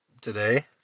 today